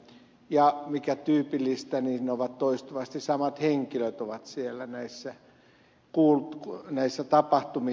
ja mikä tyypillistä toistuvasti samat henkilöt ovat siellä näissä tapahtumissa